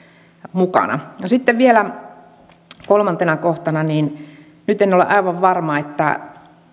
mukana no sitten vielä kolmantena kohtana nyt en ole aivan varma että